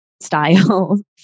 Style